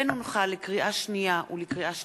לקריאה שנייה ולקריאה שלישית: